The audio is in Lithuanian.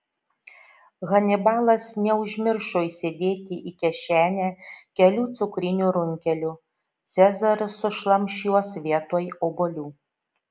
hanibalas neužmiršo įsidėti į kišenę kelių cukrinių runkelių cezaris sušlamš juos vietoj obuolių